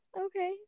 okay